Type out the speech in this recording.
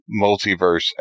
multiverse